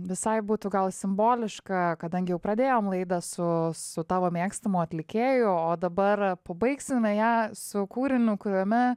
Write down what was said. visai būtų gal simboliška kadangi jau pradėjom laida su su tavo mėgstamu atlikėju o dabar pabaigsime ją su kūriniu kuriame